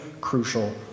crucial